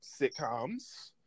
sitcoms